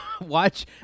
watch